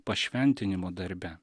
pašventinimo darbe